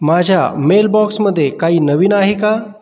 माझ्या मेलबॉक्समधे काही नवीन आहे का